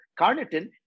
carnitine